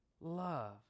love